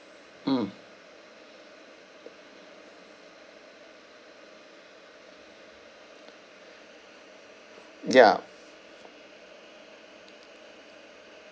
mm ya